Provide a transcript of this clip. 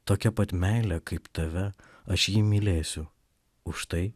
tokia pat meile kaip tave aš jį mylėsiu už tai